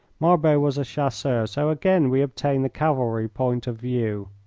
marbot was a chasseur, so again we obtain the cavalry point of view.